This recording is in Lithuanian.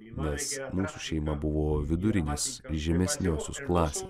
nes mūsų šeima buvo vidurinės žemesniosios klasės